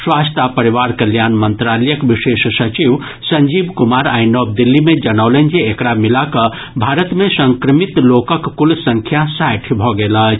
स्वास्थ्य आ परिवार कल्याण मंत्रालयक विशेष सचिव संजीव कुमार आइ नव दिल्ली मे जनौलनि जे एकरा मिला कऽ भारत मे संक्रमित लोकक कुल संख्या साठि भऽ गेल अछि